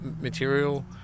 material